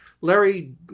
Larry